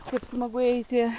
kaip smagu eiti